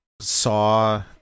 saw